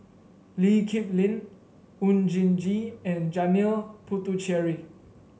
Lee Kip Lin Oon Jin Gee and Janil Puthucheary